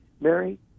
Mary